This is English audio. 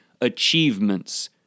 achievements